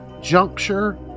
juncture